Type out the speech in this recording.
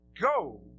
go